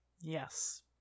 yes